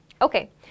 Okay